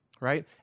right